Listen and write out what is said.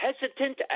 hesitant